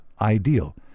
ideal